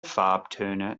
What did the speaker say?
farbtöne